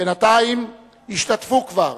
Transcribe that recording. בינתיים השתתפו כבר